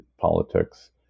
politics